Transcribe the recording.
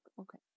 Okay